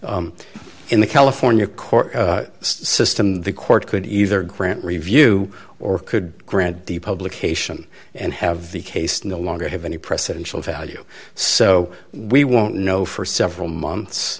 in the california court system the court could either grant review or could grant the publication and have the case no longer have any presidential value so we won't know for several